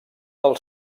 del